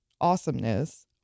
awesomeness